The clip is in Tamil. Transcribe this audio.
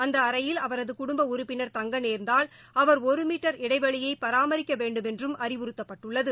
அந்தஅறையில் அவரதுகுடும்பஉறுப்பினர் தங்கநேர்ந்தால் ஒருமீட்டர் இடைவெளியைபராமரிக்கவேண்டுமென்றும் அறிவுறுத்தப்பட்டுள்ளது